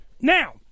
Now